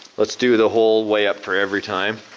let's do the whole weigh up for every time.